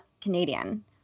Canadian